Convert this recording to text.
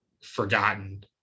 forgotten